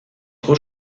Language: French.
trop